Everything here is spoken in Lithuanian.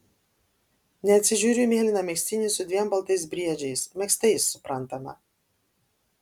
neatsižiūriu į mėlyną megztinį su dviem baltais briedžiais megztais suprantama